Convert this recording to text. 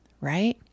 right